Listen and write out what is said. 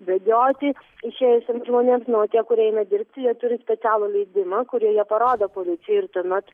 bėgioti išėjusiems žmonėms na o tie kurie eina dirbti jie turi specialų leidimą kurį jie parodo policijai ir tuomet